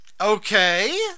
Okay